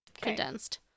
condensed